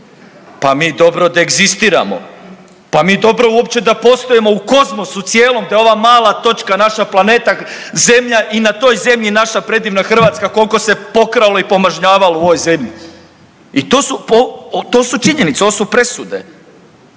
pa mi dobro da egzistiramo, pa mi dobro da uopće postojimo u kozmosu cijelom, da ova mala točka naša planeta zemlja i na toj zemlji naša predivna Hrvatska koliko se pokralo i pomažnjavalo u ovoj zemlji, i to su činjenice, ovo su presude.